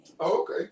Okay